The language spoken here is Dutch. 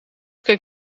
keek